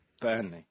Burnley